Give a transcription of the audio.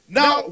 now